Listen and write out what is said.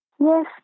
Yes